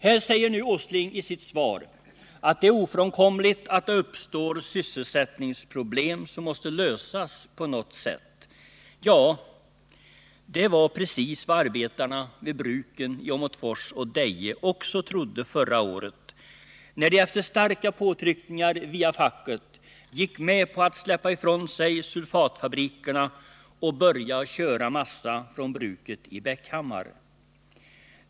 Nu säger Nils Åsling i sitt svar att det är ofrånkomligt att det uppstår sysselsättningsproblem, som måste lösas på något sätt. Ja, det var precis vad arbetarna vid bruken i Åmotfors och Deje också trodde förra året när de efter starka påtryckningar via facket gick med på att släppa ifrån sig sulfatfabrikerna och börja köra massa från bruket i Bäckhammar.